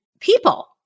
people